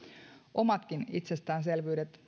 omatkin itsestäänselvyydet